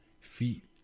Feet